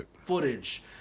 footage